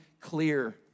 clear